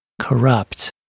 corrupt